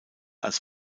als